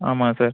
ஆமாங்க சார்